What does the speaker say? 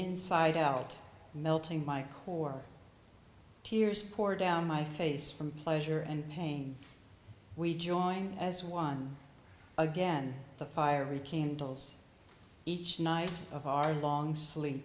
inside out melting my core tears poured down my face from pleasure and pain we join as one again the fiery candles each night of our long sleep